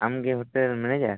ᱟᱢᱜᱮ ᱟᱢᱜᱮ hotel manager